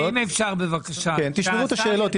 תשמרו את השאלות.